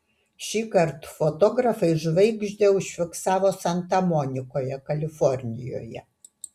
šįkart fotografai žvaigždę užfiksavo santa monikoje kalifornijoje